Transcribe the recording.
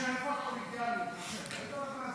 סעיפים 1 3 נתקבלו.